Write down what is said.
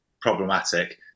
problematic